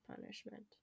punishment